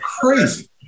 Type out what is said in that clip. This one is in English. crazy